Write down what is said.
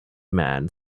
man